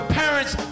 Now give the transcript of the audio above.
parents